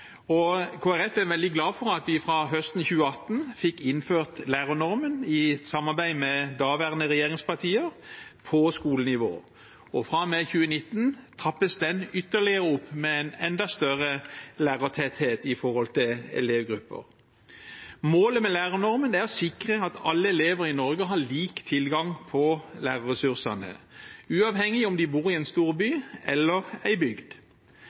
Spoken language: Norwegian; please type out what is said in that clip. og Kristelig Folkeparti er veldig glad for at vi fra høsten 2018, i samarbeid med daværende regjeringspartier, fikk innført lærernormen på skolenivå, og fra og med 2019 trappes den ytterligere opp med en enda større lærertetthet for elevgrupper. Målet med lærernormen er å sikre at alle elever i Norge har lik tilgang på lærerressursene, uavhengig av om de bor i en storby eller en bygd.